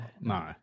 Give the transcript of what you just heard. No